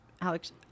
Alex